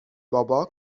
بابا